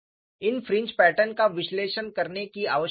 इन fringe pattern का विश्लेषण करने की आवश्यकता है